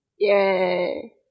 Yay